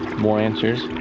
more answers,